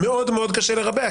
המציאות לא מעודדת תלונה.